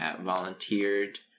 volunteered